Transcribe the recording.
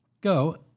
Go